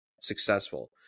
successful